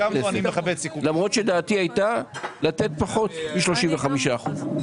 הכנסת למרות שדעתי הייתה לתת פחות מ-35 אחוזים.